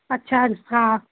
अच्छा हा